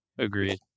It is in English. Agreed